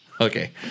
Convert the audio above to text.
Okay